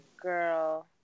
Girl